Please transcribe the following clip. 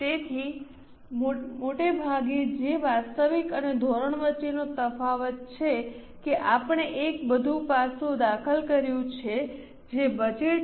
તેથી મોટે ભાગે તે વાસ્તવિક અને ધોરણ વચ્ચેનો તફાવત છે કે આપણે એક વધુ પાસું દાખલ કર્યું છે જે બજેટ છે